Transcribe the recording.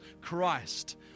Christ